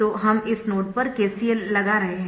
तो हम इस नोड पर KCL लगा रहे है